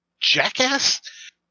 jackass